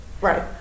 right